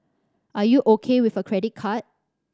are you O K with a credit card